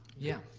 yeah,